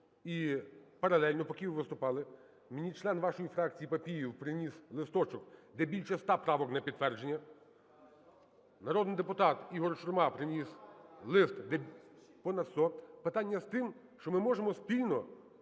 І паралельно, поки ви виступали, мені член вашої фракції Папієв приніс листочок, де більше 100 правок на підтвердження. Народний депутат Ігор Шурма приніс лист, де понад сот… Питання з тим, що ми можемо спільно